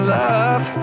love